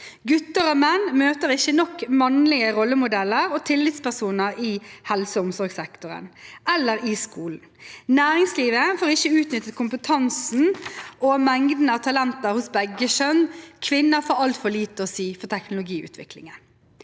Gutter og menn møter ikke nok mannlige rollemodeller og tillitspersoner i helse- og omsorgssektoren eller i skolen. Næringslivet får ikke utnyttet kompetansen og mengden av talenter hos begge kjønn. Kvinner får altfor lite å si for teknologiutviklingen.